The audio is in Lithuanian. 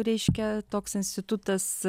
reiškia toks institutas